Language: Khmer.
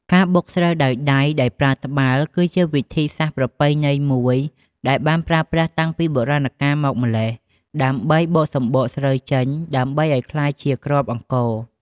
ការបុកស្រូវដោយដៃដោយប្រើត្បាល់ គឺជាវិធីសាស្ត្រប្រពៃណីមួយដែលបានប្រើប្រាស់តាំងពីបុរាណកាលមកម្ល៉េះ ដើម្បីបកសម្បកស្រូវចេញ ដើម្បីឲ្យក្លាយជាគ្រាប់អង្ករ។